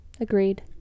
agreed